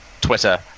Twitter